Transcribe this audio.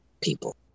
people